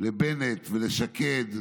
לבנט ולשקד,